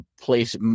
place